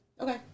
Okay